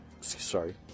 Sorry